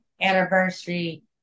anniversary